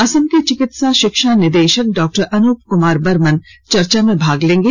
असम के चिकित्सा शिक्षा निदेशक डॉक्टर अनूप कुमार बर्मन चर्चा में भाग लेंगे